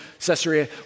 Caesarea